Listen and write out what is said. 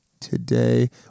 today